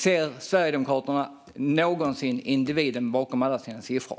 Ser Sverigedemokraterna någonsin individen bakom alla sina siffror?